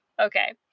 Okay